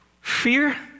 Fear